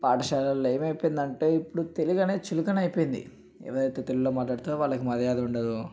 పాఠశాలలో ఏమైపోయిందంటే ఇప్పుడు తెలుగు అనేది చులకన అయిపోయింది ఎవరైతే తెలుగులో మాట్లాడితే వాళ్ళకి మర్యాద ఉండదు